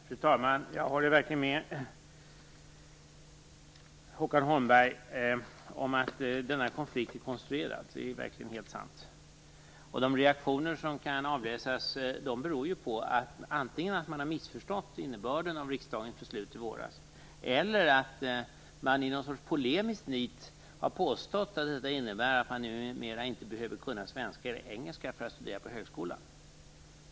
Fru talman! Jag håller verkligen med Håkan Holmberg om att denna konflikt är konstruerad - det är helt sant. De reaktioner som kan avläsas beror antingen på att man har missförstått innebörden av riksdagens beslut i våras eller på att man i något sorts polemisk nit påstår att man numera inte behöver kunna svenska och engelska för att studera på högskolan.